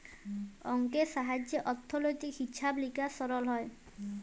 অংকের সাহায্যে অথ্থলৈতিক হিছাব লিকাস সরল হ্যয়